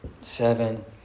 Seven